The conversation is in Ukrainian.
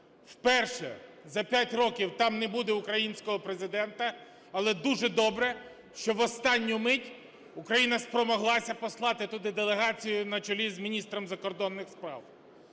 вперше за 5 років там не буде українського Президента. Але дуже добре, що в останню мить Україна спромоглася послати туди делегацію на чолі з міністром закордонних справ.